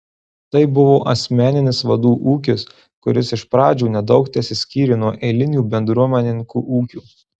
tai buvo asmeninis vadų ūkis kuris iš pradžių nedaug tesiskyrė nuo eilinių bendruomenininkų ūkių